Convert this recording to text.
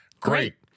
Great